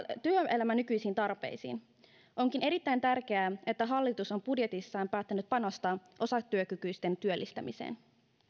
työelämän nykyisiin tarpeisiin onkin erittäin tärkeää että hallitus on budjetissaan päättänyt panostaa osatyökykyisten työllistämiseen